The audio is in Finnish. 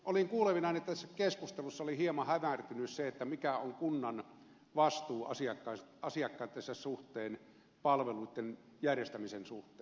olin kuulevinani että tässä keskustelussa oli hieman hämärtynyt se mikä on kunnan vastuu asiakkaittensa suhteen palveluitten järjestämisen suhteen